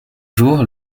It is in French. jours